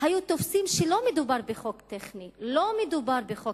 היו תופסים שלא מדובר בחוק טכני, שלא מדובר בחוק